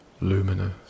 luminous